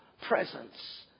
Presence